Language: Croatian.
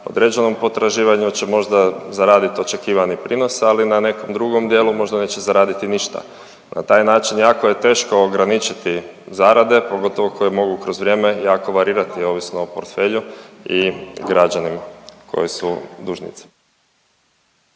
određenom potraživanju će možda zaradit očekivani prinos, ali na nekom drugom dijelu možda neće zaraditi ništa. Na taj način jako je teško ograničiti zarade, pogotovo koje mogu kroz vrijeme jako varirati, ovisno o portfelju i građanima koji su dužnici.